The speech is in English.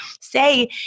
say